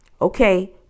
Okay